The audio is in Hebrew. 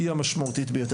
היא המשמעותית ביותר,